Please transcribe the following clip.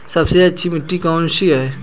सबसे अच्छी मिट्टी कौन सी है?